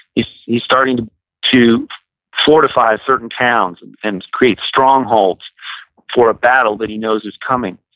he's starting to to fortify certain towns and and create strongholds for battle that he knows is coming.